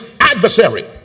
adversary